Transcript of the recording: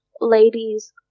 ladies